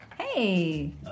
Hey